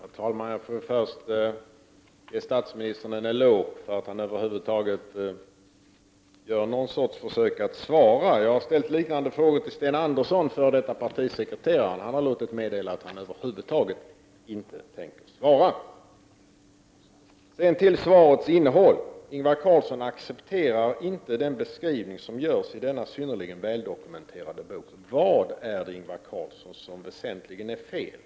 Fru talman! Jag får först ge statsministern en eloge för att han över huvud taget gör någon sorts försök att svara. Jag har ställt liknande frågor till Sten Andersson, f.d. partisekreterare. Han har låtit meddela att han över huvud taget inte tänker svara. Till svarets innehåll. Ingvar Carlsson accepterar inte den beskrivning som görs i denna synnerligen väldokumenterade bok. Vad är det, Ingvar Carlsson, som väsentligen är fel?